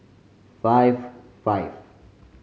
five five